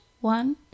one